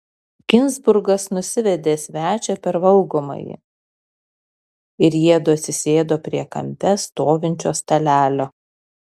ginzburgas nusivedė svečią per valgomąjį ir jiedu atsisėdo prie kampe stovinčio stalelio